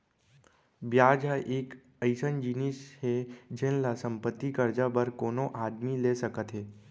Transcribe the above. बियाज ह एक अइसन जिनिस हे जेन ल संपत्ति, करजा बर कोनो आदमी ले सकत हें